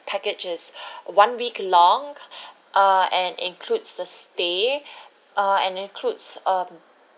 package is one week long uh and includes the stay uh and includes um